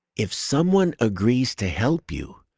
if someone agrees to help you,